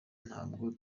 ntabwo